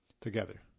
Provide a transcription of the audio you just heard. together